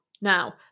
Now